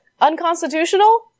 unconstitutional